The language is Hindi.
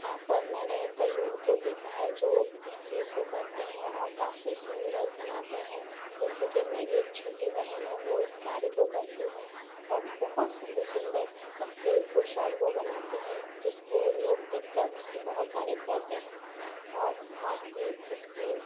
हाँ पर मैंने कई लोगों को देखा है जो इस चीज को करते हैं और काफ़ी सुंदर बनाते हैं जैसे कि मेरी एक छोटी बहन है वो इस कार्य को करती है और बहुत सुंदर सुंदर कपडे़ पोशाक वो बनाती है जिसको लोग देख कर उसकी बहुत तारीफ करते हैं और साथ ही उसकी